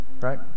right